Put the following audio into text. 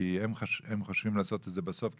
כי הם חושבים לעשות את זה בסוף,